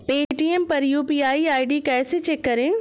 Paytm पर UPI ID कैसे check करें?